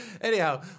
anyhow